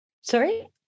Sorry